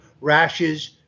rashes